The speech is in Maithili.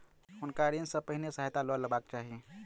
हुनका ऋण सॅ पहिने सहायता लअ लेबाक चाही